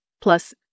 Plus